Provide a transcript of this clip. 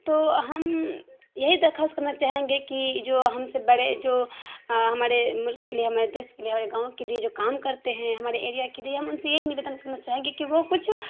تو ہم یہی درخواست کرنا چاہیں گے کہ جو ہم سے بڑے جو ہمارے ملک کے لیے ہمارے دیش کے لیے ہمارے گاؤں کے لیے جو کام کرتے ہیں ہمارے ایریا کے لیے ہم ان سے یہی نویدن کرنا چاہیں گے کہ وہ کچھ